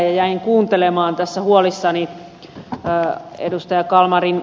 jäin kuuntelemaan tässä huolissani ed